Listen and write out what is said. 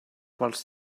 quals